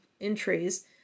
entries